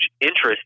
interest